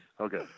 Okay